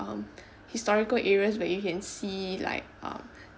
um historical areas that you can see like um